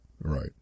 Right